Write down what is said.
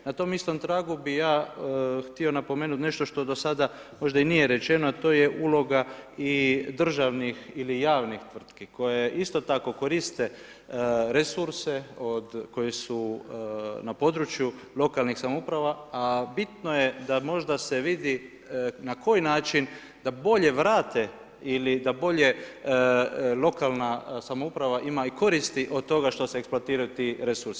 Na tom istom tragu bih ja htio napomenuti nešto što do sada možda i nije rečeno, a to je uloga i državnih ili javnih tvrtki koje isto tako koriste resurse od kojih su na području lokalnih samouprava, a bitno je da možda se vidi na koji način da bolje vrate ili da bolje lokalna samouprava ima i koristi od toga što se eksploatiraju ti resursi.